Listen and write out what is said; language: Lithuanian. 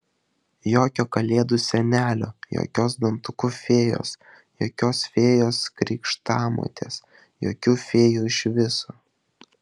jokio kalėdų senelio jokios dantukų fėjos jokios fėjos krikštamotės jokių fėjų iš viso